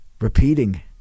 repeating